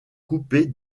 coupée